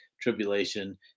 tribulation